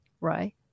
right